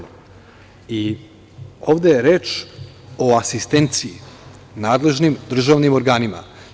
Ovde je reč o asistenciji nadležnim državnim organima.